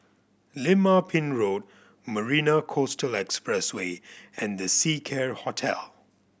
Lim Ah Pin Road Marina Coastal Expressway and The Seacare Hotel